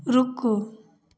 रूकु